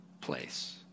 place